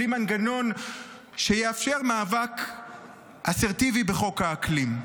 בלי מנגנון שיאפשר מאבק אסרטיבי בחוק האקלים.